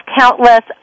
countless